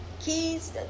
keys